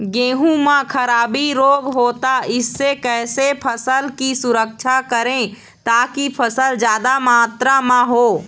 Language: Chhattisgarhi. गेहूं म खराबी रोग होता इससे कैसे फसल की सुरक्षा करें ताकि फसल जादा मात्रा म हो?